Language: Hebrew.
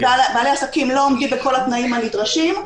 כשבעלי עסקים לא עומדים בכל התנאים הנדרשים,